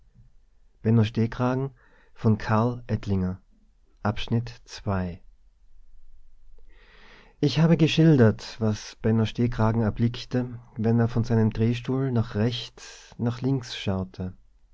ich habe geschildert was benno stehkragen erblickte wenn er von seinem drehstuhl nach rechts nach links schaute